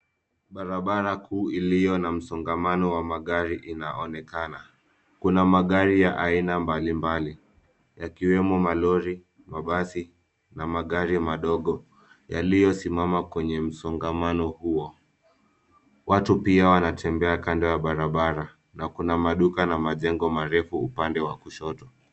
Barabara kuu iliyo na msongamano wa magari inaonekana, kuna magari ya aina mbalimbali yakiwemo malori, mabasi na magari madogo yaliyosimama kwenye msongamano huo. Watu pia wanatembea kando ya barabara na kuna maduka na majengo marefu upande wa kushoto.